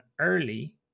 early